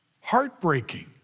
heartbreaking